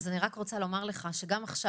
אז אני רק רוצה לומר לך שגם עכשיו